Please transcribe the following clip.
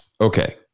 Okay